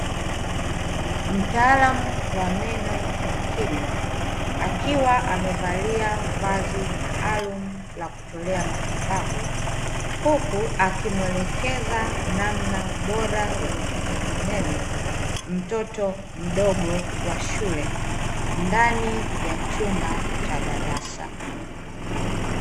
Mtaalam wa meno na kinywa, akiwa amevalia vazi maalum la kutolea matibabu, huku akimwelekeza namna bora ya utunzaji meno mtoto mdogo wa shule ndani ya chumba cha darasa.